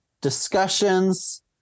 discussions